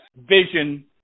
vision